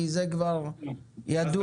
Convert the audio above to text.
כי זה כבר ידוע.